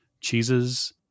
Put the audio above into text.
cheeses